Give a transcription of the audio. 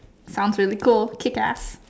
comes really cold kick ass